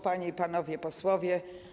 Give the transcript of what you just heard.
Panie i Panowie Posłowie!